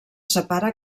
separa